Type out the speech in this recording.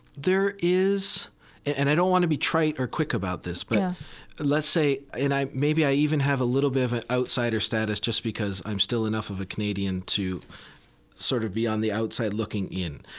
there is and i don't want to be trite or quick about this but let's say, and maybe i even have a little bit of an outsider status just because i'm still enough of a canadian to sort of be on the outside looking in.